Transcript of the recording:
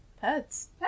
Pets